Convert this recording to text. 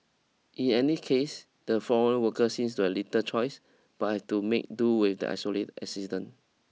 in any case the foreign workers sees to have little choice but have to make do with the isolated existence